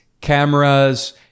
cameras